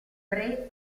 pre